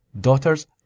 daughters